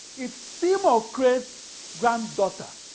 if seymour cray's granddaughter